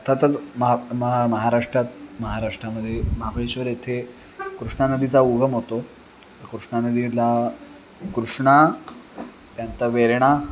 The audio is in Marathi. अर्थातच महा महा महाराष्ट्रात महाराष्ट्रामध्ये महाबळेश्वर येथे कृष्णा नदीचा उगम होतो कृष्णा नदीला कृष्णा त्यानंतर वेण्णा